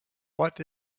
what